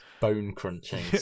bone-crunching